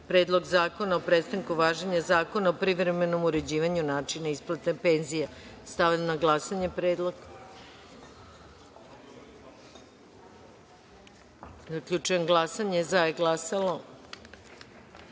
Predlog zakona o prestanku važenja Zakona o privremenom uređivanju načina isplate penzija. Stavljam na glasanje predlog. Zaključujem glasanje i saopštavam: